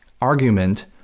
argument